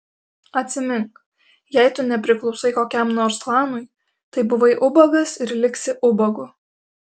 atsimink jei tu nepriklausai kokiam nors klanui tai buvai ubagas ir liksi ubagu